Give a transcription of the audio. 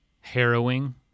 harrowing